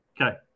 Okay